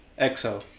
Exo